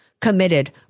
committed